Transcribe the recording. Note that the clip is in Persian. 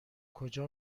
کجا